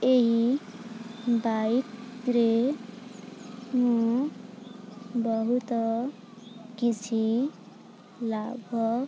ଏହି ବାଇକରେ ମୁଁ ବହୁତ କିଛି ଲାଭ